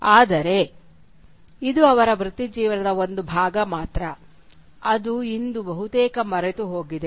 ಆದರೆ ಇದು ಅವರ ವೃತ್ತಿಜೀವನದ ಒಂದು ಭಾಗ ಮಾತ್ರ ಅದು ಇಂದು ಬಹುತೇಕ ಮರೆತುಹೋಗಿದೆ